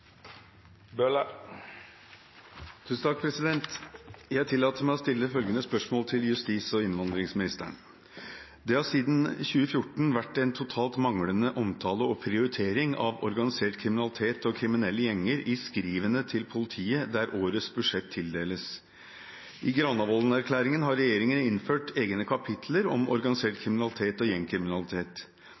har siden 2014 vært en totalt manglende omtale og prioritering av organisert kriminalitet og kriminelle gjenger i skrivene til politiet der årets budsjett tildeles. I Granavolden-erklæringen har regjeringen innført egne kapitler om organisert kriminalitet og gjengkriminalitet.